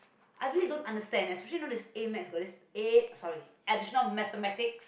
I really don't understand especially you know this A-maths got this A oh sorry additional-mathematics